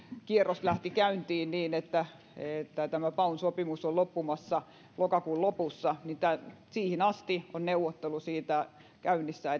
kierros lähti käyntiin niin että että tämä paun sopimus on loppumassa lokakuun lopussa niin siihen asti on neuvottelu käynnissä